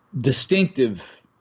distinctive